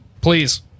please